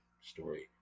story